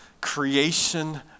Creation